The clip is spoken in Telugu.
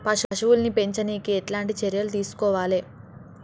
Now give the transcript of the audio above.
పశువుల్ని పెంచనీకి ఎట్లాంటి చర్యలు తీసుకోవాలే?